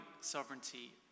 sovereignty